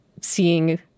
seeing